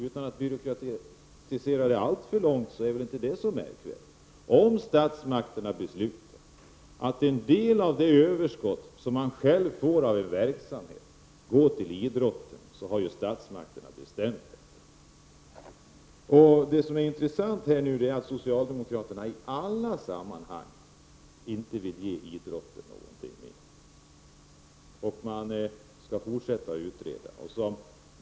Utan att byråkratisera alltför mycket är väl inte det så märkvärdigt. Statsmakterna har beslutat att en del av det överskott som kommer in från en verksamhet går till idrotten och så är det med den saken. Vad som är intressant är att socialdemokraterna i alla sammanhang inte vill ge någonting ytterligare till idrotten. Man vill fortsätta att utreda.